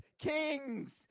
kings